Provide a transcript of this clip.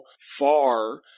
far